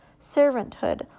servanthood